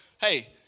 hey